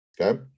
Okay